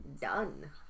done